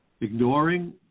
ignoring